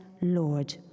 Lord